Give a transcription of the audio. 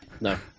No